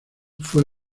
fue